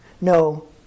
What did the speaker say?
no